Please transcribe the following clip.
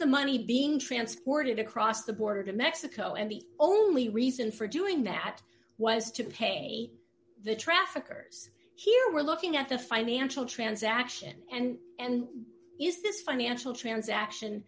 the money being transported across the border to mexico and the only reason for doing that was to pay the traffickers here we're looking at the financial transaction and and is this financial transaction